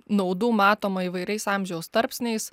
naudų matoma įvairiais amžiaus tarpsniais